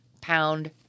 pound